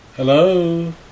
Hello